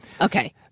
Okay